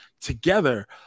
together